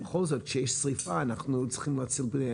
בכל זאת, כשיש שריפה אנחנו צריכים להציל.